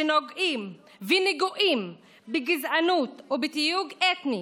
שנוגעים ונגועים בגזענות ובתיוג אתני,